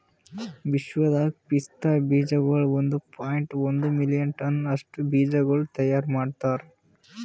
ವಿಶ್ವದಾಗ್ ಪಿಸ್ತಾ ಬೀಜಗೊಳ್ ಒಂದ್ ಪಾಯಿಂಟ್ ಒಂದ್ ಮಿಲಿಯನ್ ಟನ್ಸ್ ಅಷ್ಟು ಬೀಜಗೊಳ್ ತೈಯಾರ್ ಮಾಡ್ತಾರ್